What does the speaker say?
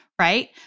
right